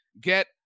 Get